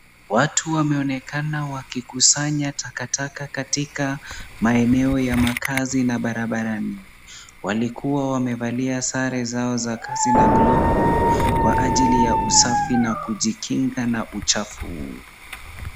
Watu wameonekana wakikusanya takataka katika maeneo ya makazi na barabarani. Walikuwa wamevalia sare zao za kazi na glovu, kwa ajili ya usafi na kujikinga na uchafu.